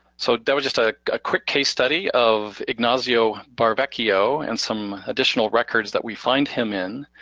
so that was just a ah quick case study of ignacio barevecchio, and some additional records that we find him in,